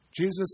Jesus